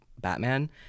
Batman